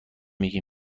میگی